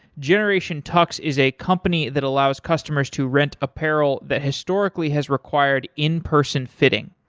generation tux is a company that allows customers to rent apparel that historically has required in-person fitting.